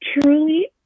truly